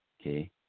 Okay